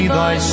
thy